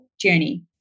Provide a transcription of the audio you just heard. journey